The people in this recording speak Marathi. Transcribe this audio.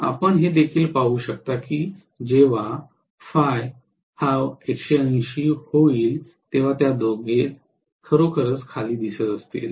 आपण हे देखील पाहू शकता की जेव्हा Φ हा 180 होईल तेव्हा त्या दोघे खरोखर खाली दिसत असतील